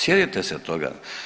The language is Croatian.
Sjetite se toga.